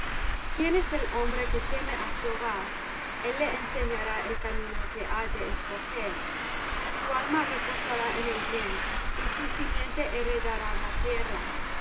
quién es el hombre que teme á jehová el le enseñará el camino que ha de escoger su alma reposará en el bien y su simiente heredará la tierra